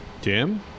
Tim